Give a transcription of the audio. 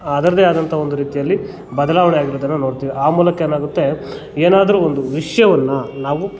ಅದರದೇ ಆದಂಥ ಒಂದು ರೀತಿಯಲ್ಲಿ ಬದಲಾವಣೆಯಾಗಿರೋದನ್ನು ನೋಡ್ತೀವಿ ಆ ಮೂಲಕ ಏನಾಗುತ್ತೆ ಏನಾದರೂ ಒಂದು ವಿಷಯವನ್ನ ನಾವು